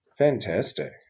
Fantastic